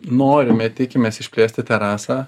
norime tikimės išplėsti terasą